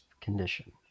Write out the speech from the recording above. condition